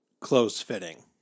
close-fitting